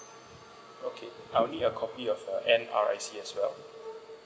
okay I'll need your copy of uh N_R_I_C as well